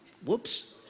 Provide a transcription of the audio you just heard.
Whoops